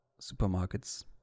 supermarkets